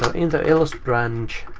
ah in the else branch